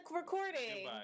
recording